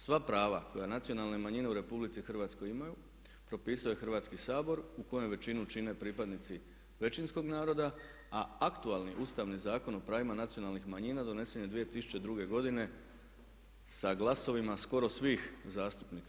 Sva prava koje nacionalne manjine u RH imaju propisuje Hrvatski sabor u kojem većinu čine pripadnici većinskog naroda a aktualni Ustavni zakon o pravima nacionalnih manjina donesen je 2002. godine sa glasovima skoro svih zastupnika.